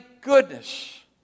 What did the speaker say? goodness